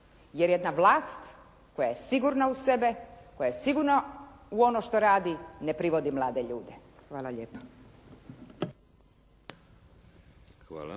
jer je ta vlast koja je sigurna u sebe, koja je sigurna u ono što radi ne privodi mlade ljude. Hvala lijepa.